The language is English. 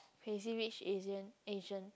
crazy rich asian asian